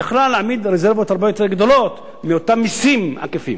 היא יכלה להעמיד רזרבות הרבה יותר גדולות מאותם מסים עקיפים.